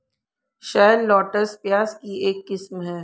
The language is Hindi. शैललॉटस, प्याज की एक किस्म है